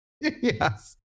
Yes